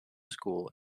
school